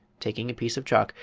taking a piece of chalk,